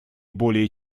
более